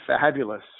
fabulous